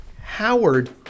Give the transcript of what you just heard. Howard